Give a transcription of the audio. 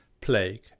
plague